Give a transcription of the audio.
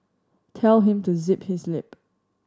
tell him to zip his lip